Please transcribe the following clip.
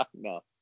No